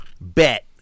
Bet